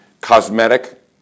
cosmetic